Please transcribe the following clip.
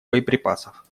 боеприпасов